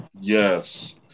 Yes